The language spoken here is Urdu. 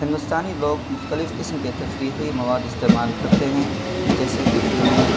ہندوستانی لوگ مختلف قسم کے تفریحی مواد استعمال کرتے ہیں جیسے کہ فلمیں